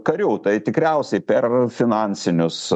karių tai tikriausiai per finansinius